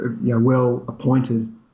well-appointed